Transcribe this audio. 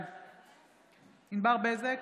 בעד ענבר בזק,